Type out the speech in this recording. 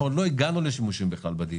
אנחנו עוד לא הגענו לשימושים בכלל בדיון.